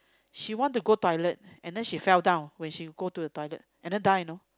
she want to go toilet and then she fell down when she go to the toilet and then die you know